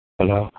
Hello